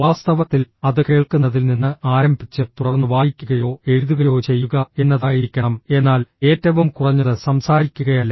വാസ്തവത്തിൽ അത് കേൾക്കുന്നതിൽ നിന്ന് ആരംഭിച്ച് തുടർന്ന് വായിക്കുകയോ എഴുതുകയോ ചെയ്യുക എന്നതായിരിക്കണം എന്നാൽ ഏറ്റവും കുറഞ്ഞത് സംസാരിക്കുകയല്ല